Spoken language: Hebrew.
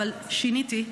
אבל שיניתי.